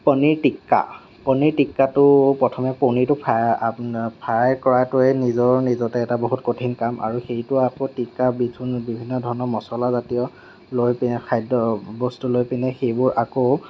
পনীৰ টিক্কা পনীৰ টিক্কাটো প্ৰথমে পনীৰটো ফ্ৰাই আপোনাৰ ফ্ৰাই কৰাটোৱেই নিজৰ নিজতেই এটা বহুত কঠিন কাম আৰু সেইটো আকৌ টিক্কা বিভিন্ন ধৰণৰ মছলা জাতীয় লৈ পিনে খাদ্য় বস্তু লৈ পিনে সেইবোৰ আকৌ